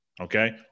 Okay